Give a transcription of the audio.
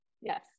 Yes